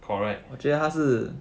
correct